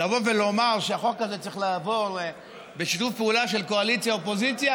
לבוא ולומר שהחוק הזה צריך לעבור בשיתוף פעולה של קואליציה-אופוזיציה,